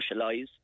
socialise